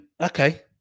okay